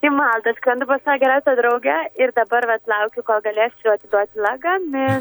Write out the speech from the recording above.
į maltą skrendu pas savo geriausią draugę ir dabar laukiu vat kol galėsiu atiduoti lagami